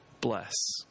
bless